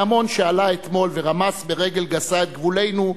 ההמון שעלה אתמול ורמס ברגל גסה את גבולנו,